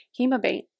Hemabate